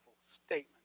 statement